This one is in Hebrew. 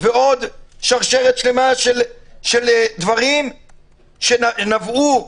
ועוד שרשרת שלמה של דברים שנבעו,